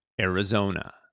Arizona